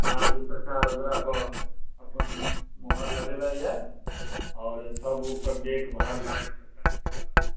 राज्य सरकार ओकरा पर अपन मुहर लगेले यऽ आओर सब ओकर देखभाल राज्य सरकारके द्वारा